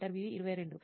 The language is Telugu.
ఇంటర్వ్యూఈ 22